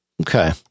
Okay